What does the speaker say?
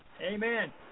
Amen